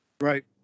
Right